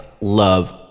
love